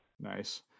Nice